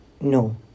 No